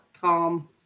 calm